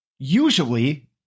Usually